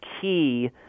key